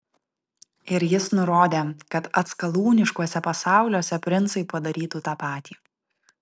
ir jis nurodė kad atskalūniškuose pasauliuose princai padarytų tą patį